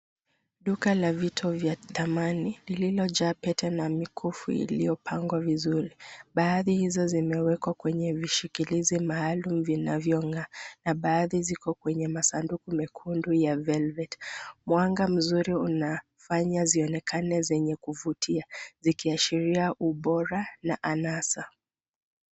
Duka la vito vya dhamani lililojaa pete na mikufu iliyopangwa vizuri. Baadhi hizo zimewekwa kwenye vishikilizi maalum vinavyong'aa na baadhi ziko kwenye masanduku mekundu ya velvet . Mwanga mzuri unafanya zionekane zenye kuvutia, zikiashiria ubora na anasa.